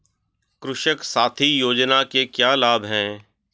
कृषक साथी योजना के क्या लाभ हैं?